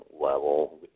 level